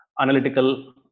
analytical